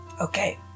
Okay